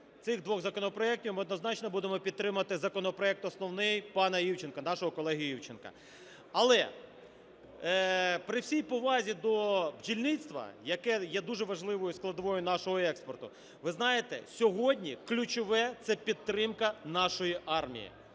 цих двох законопроектів ми однозначно будемо підтримувати законопроект основний пана Івченка, нашого колеги Івченка. Але при всій повазі до бджільництва, яке є дуже важливою складовою нашого експорту, ви знаєте, сьогодні ключове – це підтримка нашої армії,